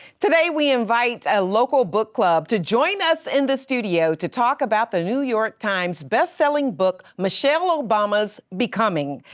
today we invite a local book club to join us in the studio to talk about the new york times best selling book, michelle obama's becoming.